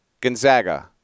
Gonzaga